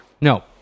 No